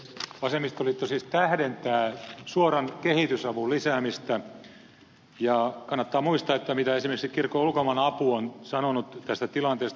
vasemmistoliitto siis tähdentää suoran kehitysavun lisäämistä ja kannattaa muistaa mitä esimerkiksi kirkon ulkomaanapu on sanonut tästä tilanteesta